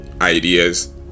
ideas